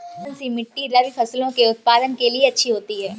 कौनसी मिट्टी रबी फसलों के उत्पादन के लिए अच्छी होती है?